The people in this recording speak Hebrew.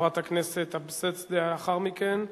חברת הכנסת אבסדזה לאחר מכן,